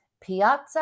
piazza